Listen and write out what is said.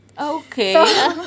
okay